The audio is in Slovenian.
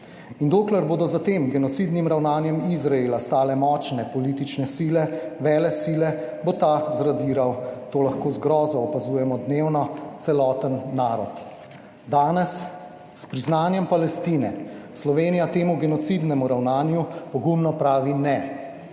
In dokler bodo za tem genocidnim ravnanjem Izraela stale močne politične sile, velesile, bo ta zradiral, to lahko z grozo opazujemo dnevno, celoten narod. Danes, s priznanjem Palestine Slovenija temu genocidnemu ravnanju pogumno pravi ne.